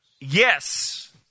yes